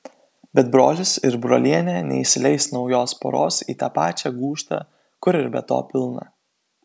bet brolis ir brolienė neįsileis naujos poros į tą pačią gūžtą kur ir be to pilna